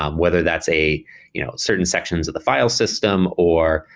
um whether that's a you know certain sections of the file system, or